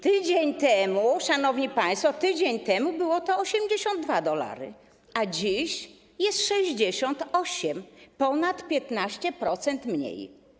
Tydzień temu, szanowni państwo, były to 82 dolary, a dziś jest to 68, ponad 15% mniej.